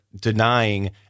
denying